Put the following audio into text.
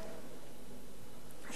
שהביאה היום את ההצעה,